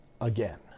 again